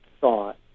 thought